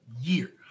year